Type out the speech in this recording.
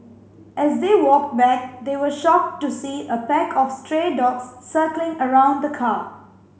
as they walked back they were shocked to see a pack of stray dogs circling around the car